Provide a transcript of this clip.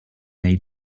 they